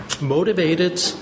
motivated